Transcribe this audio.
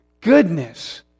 goodness